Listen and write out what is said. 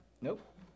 Nope